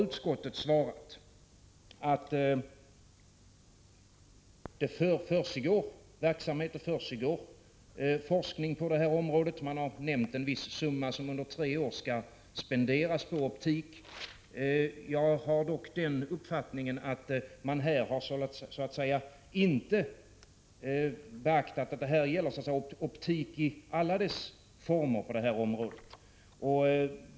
Utskottet har svarat att det försiggår forskning på detta område. Man har nämnt en viss summa som under tre år skall spenderas på optik. Jag har dock den uppfattningen att man här inte har beaktat att det gäller optik i alla dess former på detta område.